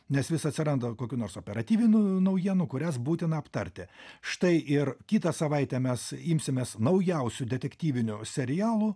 nes vis atsiranda kokių nors operatyvinų naujienų kurias būtina aptarti štai ir kitą savaitę mes imsimės naujausių detektyvinių serialų